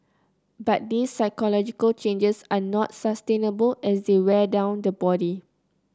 but these physiological changes are not sustainable as they wear down the body